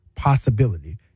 possibility